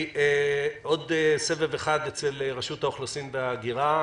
עוד סבב אחד אצל רשות האוכלוסין וההגירה